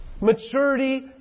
maturity